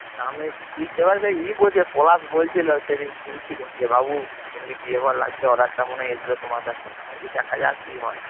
না আমি তুই সেবারে সেই ই বলছিল পলাশ বলছিল সেদিন শুনছিল যে বাবু এমনি বিয়ে ঘর লাগছে অর্ডারটা মনে হয় এসবে তোমার কাছে আমি বলছি দেখা যাক কী হয়